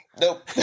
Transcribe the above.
Nope